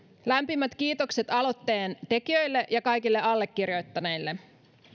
lämpimät kiitokset aloitteen tekijöille ja kaikille allekirjoittaneille